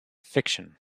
fiction